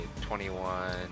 21